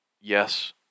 yes